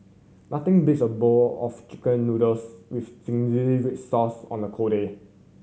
nothing beats a bowl of Chicken Noodles with zingy red sauce on the cold day